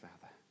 Father